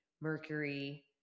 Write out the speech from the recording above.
mercury